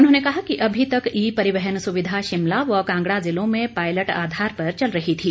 उन्होंने कहा कि अभी तक ई परियहन सुविधा शिमला य कांगड़ा जिलों में पायलट आधार पर चल रही थी